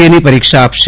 રની પરીક્ષા આપશે